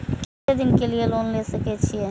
केते दिन के लिए लोन ले सके छिए?